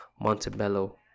Montebello